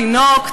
תינוק,